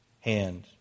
hand